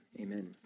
amen